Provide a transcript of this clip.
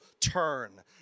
turn